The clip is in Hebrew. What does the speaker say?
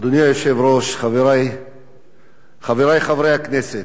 אדוני היושב-ראש, חברי חברי הכנסת,